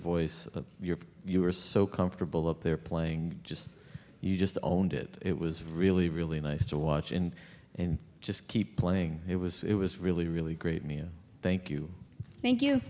voice your you were so comfortable up there playing just you just owned it it was really really nice to watch and and just keep playing it was it was really really great new thank you thank you